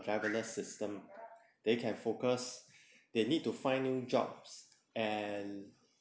driverless system they can focus they need to find new jobs and